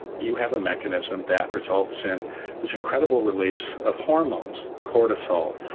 you have a mechanism that results in this incredible release of hormones, cortisol,